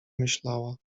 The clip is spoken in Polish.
myślała